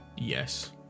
yes